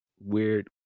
Weird